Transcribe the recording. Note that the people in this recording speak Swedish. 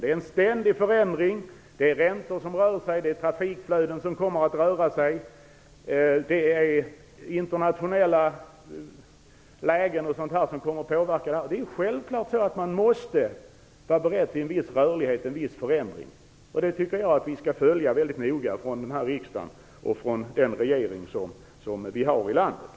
Det är en ständig förändring, räntor som rör sig, trafikflöden som kommer att röra sig och internationella lägen etc. som kommer att påverka. Självfallet måste man vara beredd på en viss rörlighet och förändring. Den tycker jag skall följas väldigt noggrant av denna riksdag och den regering som vi har i landet.